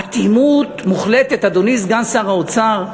אטימות מוחלטת, אדוני סגן שר האוצר.